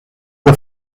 the